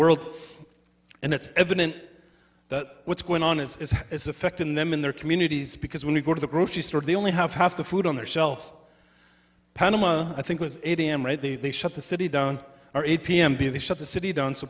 world and it's evident that what's going on is it's affecting them in their communities because when we go to the grocery store they only have half the food on their shelves panama i think was eight am right they shut the city down or eight pm b they shut the city down so